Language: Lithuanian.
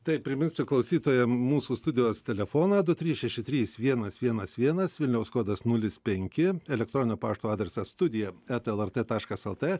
taip priminsiu klausytojam mūsų studijos telefoną du trys šeši trys vienas vienas vienas vilniaus kodas nulis penki elektroninio pašto adresas studija eta lrt taškas lt